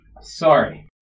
Sorry